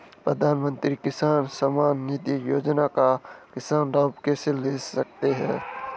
प्रधानमंत्री किसान सम्मान निधि योजना का किसान लाभ कैसे ले सकते हैं?